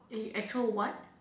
a actual what